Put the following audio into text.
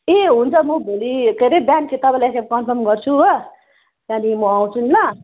ए हुन्छ म भोलि के अरे बिहान चाहिँ तपाईँलाई एक खेप कन्फर्म गर्छु हो त्यहाँदेखि म आउँछु नि ल